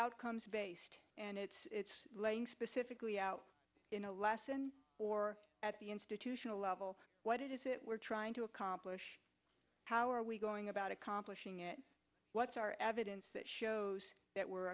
outcomes based and it's specifically out in a lesson or at the institutional level what is it we're trying to accomplish how are we going about accomplishing it what's our evidence that shows that we're